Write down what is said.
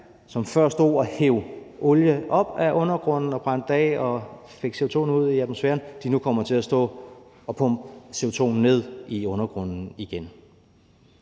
som før stod og hev olie op af undergrunden og brændte det af og fik CO2'en ud i atmosfæren, nu kommer til at stå og pumpe CO2'en ned i undergrunden igen.